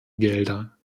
gelder